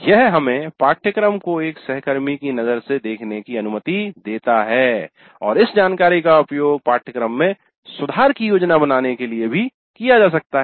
यह हमें पाठ्यक्रम को एक सहकर्मी की नज़र से देखने की अनुमति देता है और इस जानकारी का उपयोग पाठ्यक्रम में सुधार की योजना बनाने के लिए भी किया जा सकता है